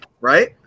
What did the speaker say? right